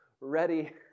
ready